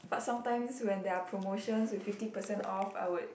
but sometimes when there are promotions with fifty percent off I would